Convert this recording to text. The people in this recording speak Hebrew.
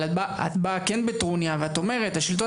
אבל את באה כן בטרוניה ואת אומרת השלטון